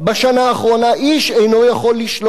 בשנה האחרונה איש אינו יכול לשלול את